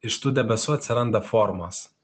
iš tų debesų atsiranda formos